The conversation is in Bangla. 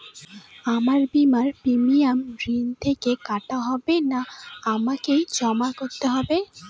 আমার বিমার প্রিমিয়াম ঋণ থেকে কাটা হবে না আমাকে জমা করতে হবে?